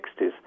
1960s